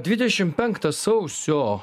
dvidešimt penktą sausio